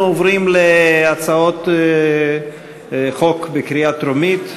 אנחנו עוברים להצעות חוק בקריאה טרומית.